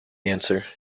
answer